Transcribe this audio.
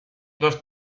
dos